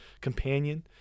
companion